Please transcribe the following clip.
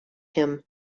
him